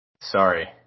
Sorry